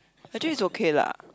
actually is okay lah